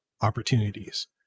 opportunities